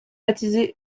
baptisés